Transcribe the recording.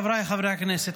חבריי חברי הכנסת,